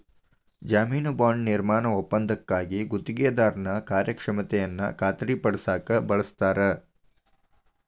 ಜಾಮೇನು ಬಾಂಡ್ ನಿರ್ಮಾಣ ಒಪ್ಪಂದಕ್ಕಾಗಿ ಗುತ್ತಿಗೆದಾರನ ಕಾರ್ಯಕ್ಷಮತೆಯನ್ನ ಖಾತರಿಪಡಸಕ ಬಳಸ್ತಾರ